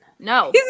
No